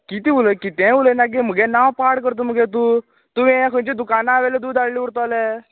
कितें उलयत कितेंय उलोयनाक् गे म्हुगें नांव पाड करता मगें तूं तूं यें खंयच्या दुकानान दूद हाडलें उरतलें